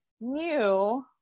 new